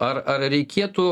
ar ar reikėtų